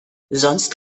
sonst